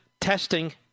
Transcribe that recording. testing